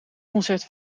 concert